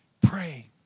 pray